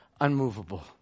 unmovable